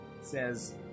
says